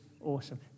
awesome